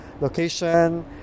location